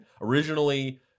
originally